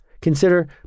Consider